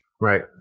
right